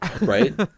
Right